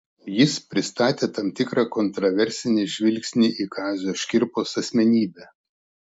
jis pristatė tam tikrą kontraversinį žvilgsnį į kazio škirpos asmenybę